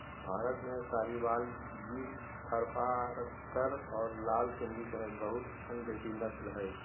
भारत में साहीवाल, गिर थारपारकर और लाल सिंधी समेत बहुते अन्य देसी नस्ल हइ